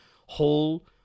whole